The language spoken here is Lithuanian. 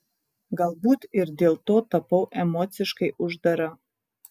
galbūt ir dėl to tapau emociškai uždara